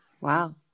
Wow